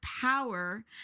power